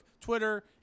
twitter